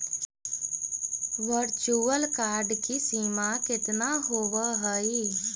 virtual card की सीमा केतना होवअ हई